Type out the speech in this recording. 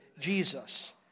Jesus